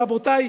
רבותי,